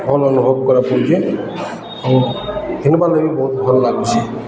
ଭଲ ଅନୁଭବ ବହୁତ ଭଲ ଲାଗୁଛେ